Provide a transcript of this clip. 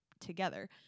together